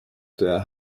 des